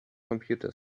computer